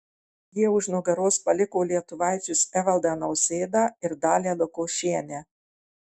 jie už nugaros paliko lietuvaičius evaldą nausėdą ir dalią lukošienę